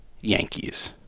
Yankees